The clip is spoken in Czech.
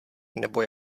nebo